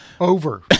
Over